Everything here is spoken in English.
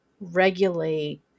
regulate